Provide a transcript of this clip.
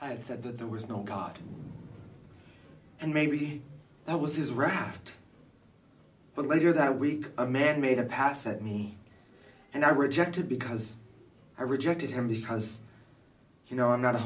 i had said that there was no god and maybe that was his raft but later that week a man made a pass at me and i rejected because i rejected him because you know i'm not a